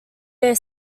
their